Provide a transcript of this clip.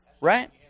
right